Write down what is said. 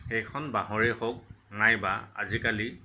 সেইখন বাঁহৰে হওক নাইবা আজিকালি